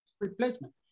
replacement